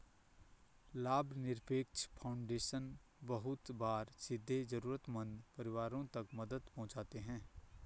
लाभनिरपेक्ष फाउन्डेशन बहुत बार सीधे जरूरतमन्द परिवारों तक मदद पहुंचाते हैं